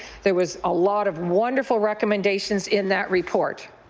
there was a lot of wonderful recommendations in that report,